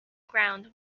ground